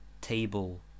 Table